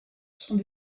sont